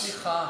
סליחה,